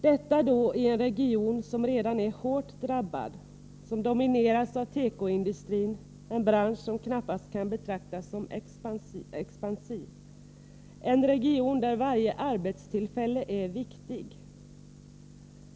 Detta i en region som redan är hårt drabbad och som domineras av tekoindustrin — en bransch som knappast kan betraktas som expansiv — en region där varje arbetstillfälle är viktigt.